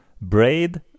Braid